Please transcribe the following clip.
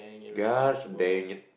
gosh dang it